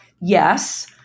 yes